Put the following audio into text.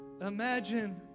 Imagine